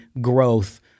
growth